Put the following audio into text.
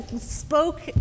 spoke